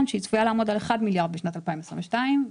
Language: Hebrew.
שהיא צפויה לעמוד על 1 מיליארד בשנת 2022 ועל